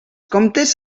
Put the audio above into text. comptes